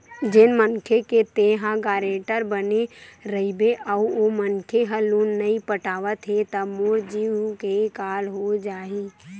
जेन मनखे के तेंहा गारेंटर बने रहिबे अउ ओ मनखे ह लोन नइ पटावत हे त तोर जींव के काल हो जाही